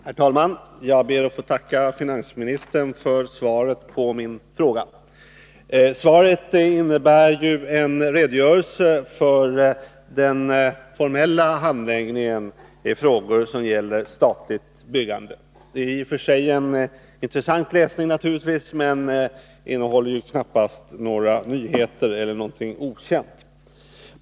Herr talman! Jag ber att få tacka finansministern för svaret på min fråga. Svaret innebär ju en redogörelse för den formella handläggningen av frågor som gäller statligt byggande. Naturligtvis är detta i och för sig intressant läsning men knappast någonting okänt.